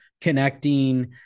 connecting